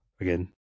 again